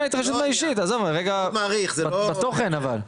התרשמות אישית עזוב, בתוכן אבל.